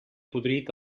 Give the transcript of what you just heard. podrit